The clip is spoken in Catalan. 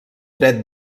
dret